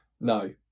No